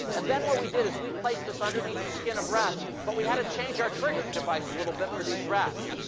and then what we did is we placed this underneath the skin of rats. but we had to change our triggering device a little bit for these rats.